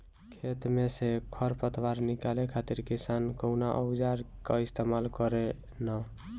खेत में से खर पतवार निकाले खातिर किसान कउना औजार क इस्तेमाल करे न?